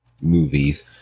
movies